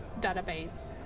database